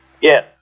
Yes